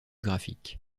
graphique